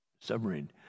submarine